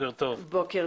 בוקר טוב.